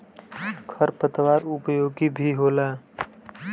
खर पतवार उपयोगी भी होला